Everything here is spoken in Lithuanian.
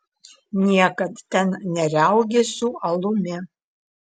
niekad ten neriaugėsiu alumi